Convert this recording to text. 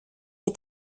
est